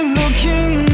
looking